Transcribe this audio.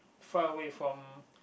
far away from